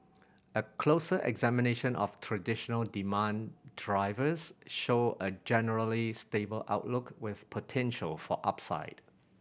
a closer examination of traditional demand drivers show a generally stable outlook with potential for upside